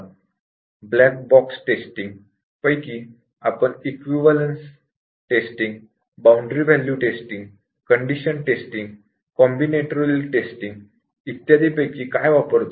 आपण black box testing मधील equivalence testing boundary value testing condition testing combinatorial testing पैकी काय वापरतो